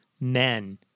men